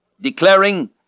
declaring